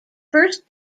first